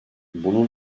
bunun